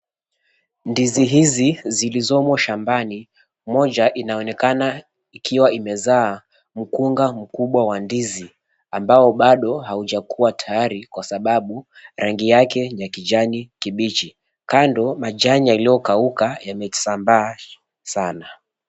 Ndizi hizi zilizomo shambani, moja inaonekana ikiwa imezaa mkunga mkubwa wa ndizi, ambao bado haujakuwa tayari kwa sababu rangi yake ni ya kijani kibichi. Kando majani yaliyokauka yamesambaa sana.